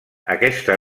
aquesta